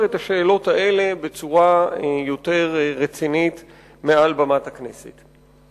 את השאלות האלה בצורה יותר רצינית מעל במת הכנסת.